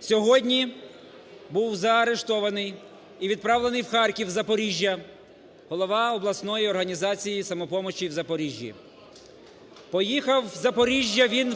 Сьогодні був заарештований і відправлений в Харків із Запоріжжя голова обласної організації "Самопоміч" в Запоріжжі. Поїхав в Запоріжжя він…